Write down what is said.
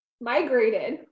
migrated